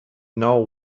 now